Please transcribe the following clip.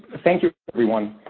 thank you everyone.